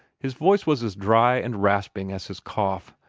his voice was as dry and rasping as his cough,